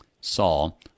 Saul